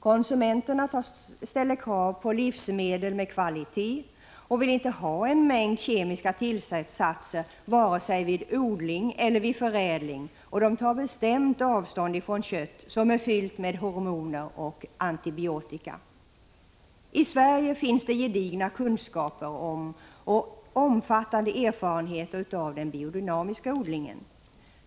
Konsumenterna ställer krav på livsmedel med kvalitet och vill inte ha en mängd kemiska tillsatser vare sig vid odling eller vid förädling, och de tar bestämt avstånd från kött som är fyllt med hormoner eller antibiotika. I Sverige finns det gedigna kunskaper om och omfattande erfarenheter av den biodynamiska odlingen.